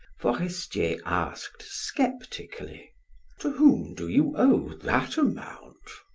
forestier asked sceptically to whom do you owe that amount?